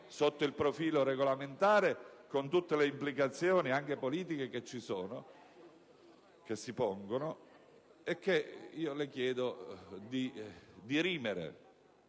sotto il profilo regolamentare, con tutte le implicazioni anche politiche che si pongono e che le chiedo di dirimere.